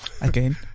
Again